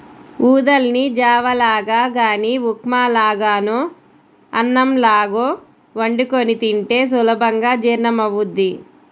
ఊదల్ని జావ లాగా గానీ ఉప్మా లాగానో అన్నంలాగో వండుకొని తింటే సులభంగా జీర్ణమవ్వుద్ది